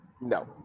no